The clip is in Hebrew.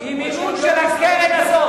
עם מימון של הקרן הזאת,